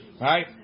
right